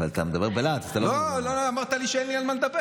אבל אתה מדבר בלהט, אמרת לי שאין לי על מה לדבר.